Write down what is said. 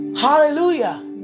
Hallelujah